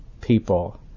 people